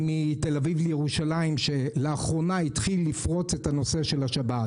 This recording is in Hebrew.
מתל אביב לירושלים שלאחרונה התחיל לפרוץ את הנושא של השבת,